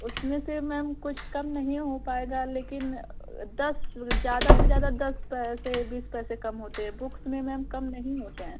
उसमें से मैम कुछ कम नहीं हो पाएगा लेकिन दस ज़्यादा से ज़्यादा दस पैसे बीस पैसे कम होते है बुक्स में मैम कम नहीं होते हैं